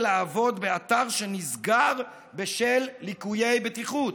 לעבוד באתר שנסגר בשל ליקויי בטיחות?